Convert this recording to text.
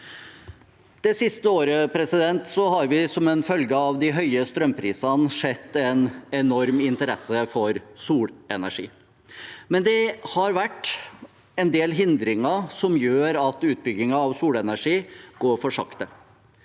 Det siste året har vi som en følge av de høye strømprisene sett en enorm interesse for solenergi, men det har vært en del hindringer som gjør at utbyggingen av solenergi går for sakte.